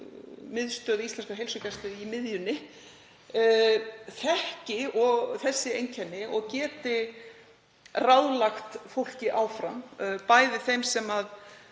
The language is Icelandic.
Þróunarmiðstöð íslenskrar heilsugæslu í miðjunni, þekki þessi einkenni og geti ráðlagt fólki áfram, bæði þeim sem